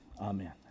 Amen